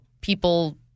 people